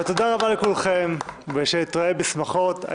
ותודה רבה לכולכם ושנתראה בשמחות.